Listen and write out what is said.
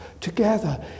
together